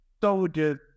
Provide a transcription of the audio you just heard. soldiers